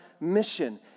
mission